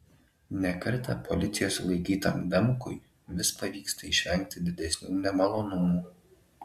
ne kartą policijos sulaikytam damkui vis pavyksta išvengti didesnių nemalonumų